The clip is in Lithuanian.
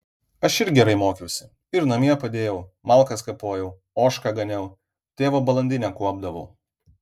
aš ir gerai mokiausi ir namie padėjau malkas kapojau ožką ganiau tėvo balandinę kuopdavau